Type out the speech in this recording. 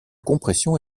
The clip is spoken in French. compression